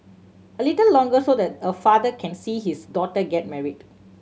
a little longer so that a father can see his daughter get married